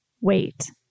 Wait